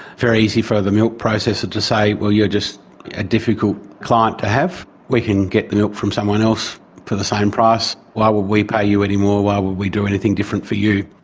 very easy for the milk processor to say, well, you are just a difficult client to have, we can get the milk from someone else for the same price, why would we pay you any more, why would we do anything different for you?